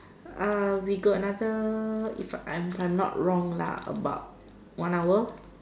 uh we got another if I'm I'm not wrong lah about one hour